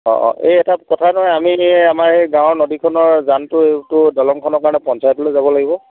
অ অ এই এটা কথা নহয় আমি এই আমাৰ এই গাঁৱৰ নদীখনৰ জানটো এইটো দলংখনৰ কাৰণে পঞ্চায়তলৈ যাব লাগিব